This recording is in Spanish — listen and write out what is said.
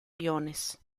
iones